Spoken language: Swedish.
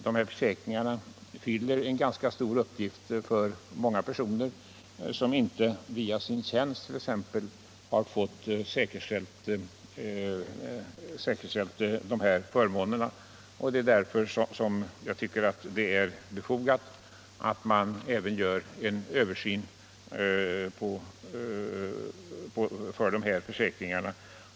Dessa försäkringar fyller Nr 84 en ganska stor uppgift för många personer som inte, t.ex. via sin tjänst, Onsdagen den har fått dessa förmåner säkerställda. Det är därför som jag tycker att 17 mars 1976 det är befogat att man även gör en översyn för dessa försäkringar.